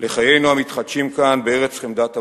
לחיינו המתחדשים כאן, בארץ חמדת אבות.